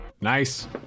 Nice